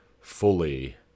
fully